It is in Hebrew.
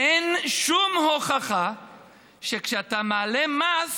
אין שום הוכחה שכשאתה מעלה מס